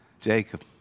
Jacob